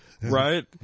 Right